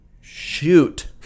shoot